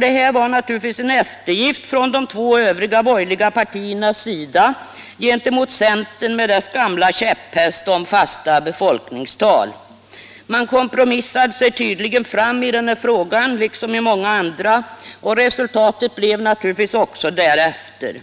Detta var naturligtvis en eftergift av de två övriga borgerliga partierna gentemot centern med dess gamla käpphäst om fast befolkningstal. Man kompromissade sig tydligen fram i den frågan —- liksom i många andra — och resultatet blev därefter.